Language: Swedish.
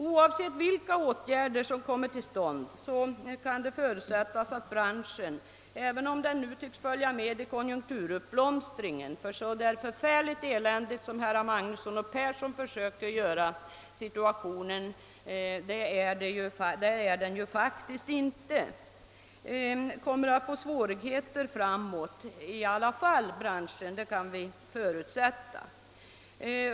Oavsett vilka åtgärder som kommer till stånd, kan det förutsättas, att branschen, även om den nu tycks följa med i konjunkturuppgången — situationen är ju faktiskt inte så förfärligt eländig som herrar Magnusson i Borås och Persson i Heden försöker skildra den — kommer att få svårigheter framöver i alla fall; det kan vi förutsätta.